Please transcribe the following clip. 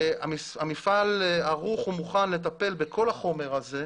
המפעל ערוך ומוכן לטפל בכל החומר הזה.